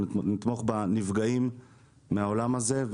ולתמוך בנפגעים מהעולם הזה.